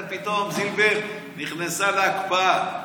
פתאום זילבר נכנסה להקפאה.